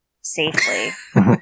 safely